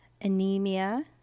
anemia